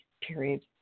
period